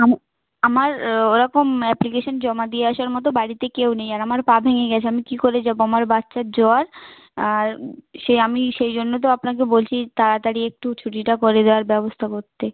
আমার আমার ওরকম অ্যাপলিকেশান জমা দিয়ে আসার মতো বাড়িতে কেউ নেই আর আমার পা ভেঙে গেছে আমি কী করে যাবো আমার বাচ্চার জ্বর আর সেই আমি সেই জন্য তো আপনাকে বলছি তাড়াতাড়ি একটু ছুটিটা করে দেওয়ার ব্যবস্থাকরতে